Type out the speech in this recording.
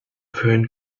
föhn